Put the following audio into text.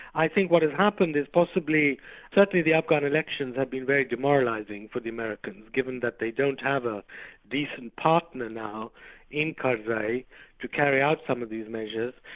i think what has happened is possibly certainly the afghan elections have been very demoralising for the americans, given that they don't have a decent partner now in karzai to carry out some of these measures.